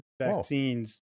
vaccines